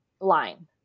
line